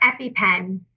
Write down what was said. EpiPen